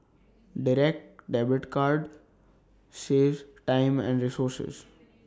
Direct Debit card saves time and resources